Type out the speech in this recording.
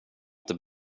inte